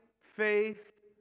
Faith